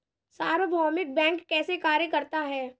सार्वभौमिक बैंक कैसे कार्य करता है?